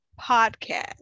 podcast